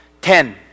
Ten